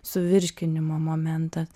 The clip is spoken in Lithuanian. suvirškinimo momentas